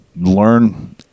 learn